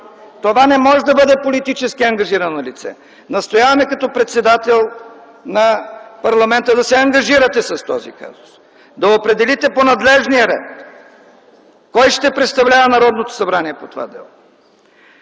Това не може да бъде политически ангажирано лице! Настояваме като председател на парламента да се ангажирате с този казус, да определите по надлежния ред кой ще представлява Народното събрание по това дело!